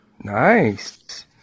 Nice